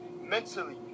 mentally